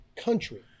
country